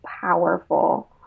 powerful